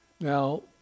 Now